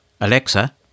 Alexa